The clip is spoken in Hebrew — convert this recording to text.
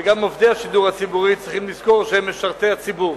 וגם עובדי השידור הציבורי צריכים לזכור שהם משרתי הציבור.